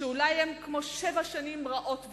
שהם אולי כמו שבע שנים רעות וקשות.